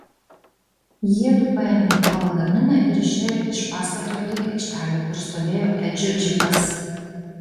jiedu paėmė po lagaminą ir išėjo iš pastato į aikštelę kur stovėjo edžio džipas